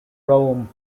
rome